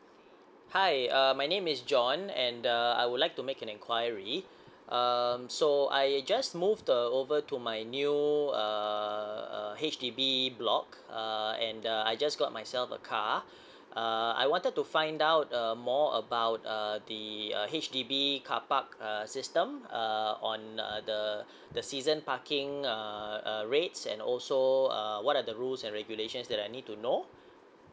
hi uh my name is john and uh I would like to make an enquiry um so I just move uh over to my new err err H_D_B block uh and the I just got myself a car uh I wanted to find out uh more about err the uh H_D_B car park err system err on uh the the season parking uh uh rates and also uh what are the rules and regulations that I need to know